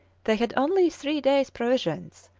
they had only three days' provisions,